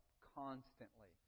constantly